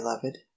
beloved